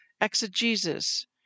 exegesis